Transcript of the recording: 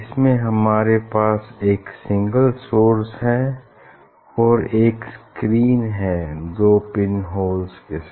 इसमें हमारे पास एक सिंगल सोर्स है और एक स्क्रीन है दो पिन होलस के साथ